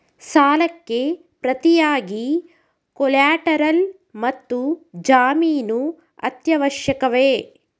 ಸಾಲಕ್ಕೆ ಪ್ರತಿಯಾಗಿ ಕೊಲ್ಯಾಟರಲ್ ಮತ್ತು ಜಾಮೀನು ಅತ್ಯವಶ್ಯಕವೇ?